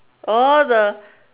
oh the